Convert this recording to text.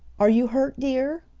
are you hurt, dear!